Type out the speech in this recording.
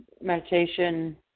meditation